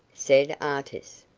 said artis.